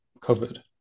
covered